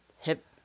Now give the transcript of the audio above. hip